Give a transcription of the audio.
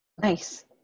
Nice